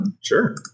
Sure